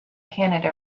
canada